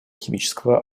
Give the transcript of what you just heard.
химического